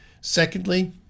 secondly